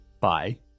Bye